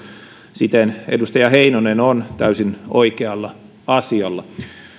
siten edustaja heinonen on täysin oikealla asialla